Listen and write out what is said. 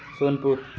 Sonepur